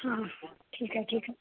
हां ठीक आहे ठीक आहे